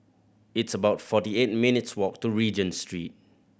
it's about forty eight minutes' walk to Regent Street